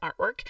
artwork